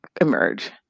Emerge